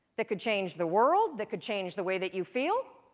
that could change the world, that could change the way that you feel,